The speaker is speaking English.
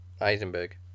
Eisenberg